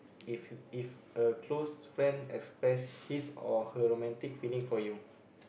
if you if a close friend express his or her romantic feeling for you